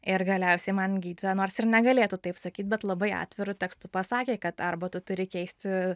ir galiausiai man gydytoja nors ir negalėtų taip sakyt bet labai atviru tekstu pasakė kad arba tu turi keisti